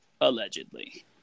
allegedly